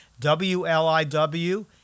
WLIW